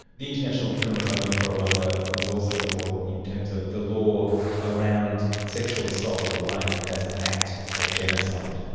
the international criminal tribunal for rwanda was also important in terms of the law around sexual assault or rape as an act of genocide.